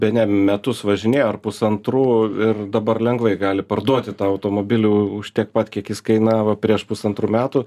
bene metus važinėjo ar pusantrų ir dabar lengvai gali parduoti tą automobilį už tiek pat kiek jis kainavo prieš pusantrų metų